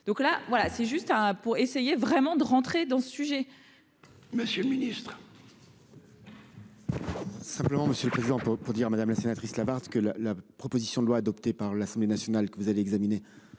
donc là, voilà, c'est juste un pour essayer vraiment de rentrer dans ce sujet. Monsieur le Ministre. Simplement, monsieur le président, pour pour dire madame la sénatrice Lavarde que la la proposition de loi adoptée par l'Assemblée nationale que vous aviez examiner